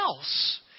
else